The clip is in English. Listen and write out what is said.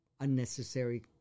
unnecessary